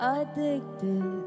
Addicted